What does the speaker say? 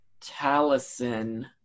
Talison